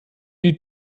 die